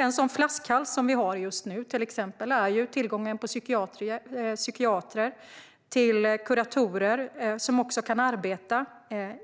En flaskhals som vi har just nu är tillgången till psykiatrer och kuratorer som kan arbeta